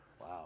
Wow